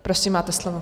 Prosím, máte slovo.